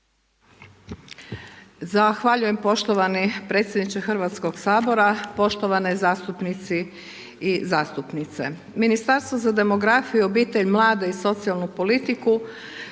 Zahvaljujem poštovani predsjedniče Hrvatskoga sabora, poštovani zastupnici i zastupnice. Ministarstvo za demografiju, obitelj, mlade i socijalnu politiku